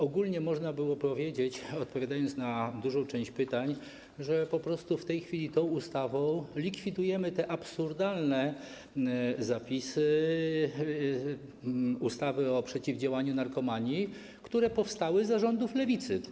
Ogólnie można by było powiedzieć, odpowiadając na dużą część pytań, że po prostu w tej chwili tą ustawą likwidujemy te absurdalne zapisy ustawy o przeciwdziałaniu narkomanii, które powstały za rządów lewicy.